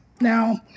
now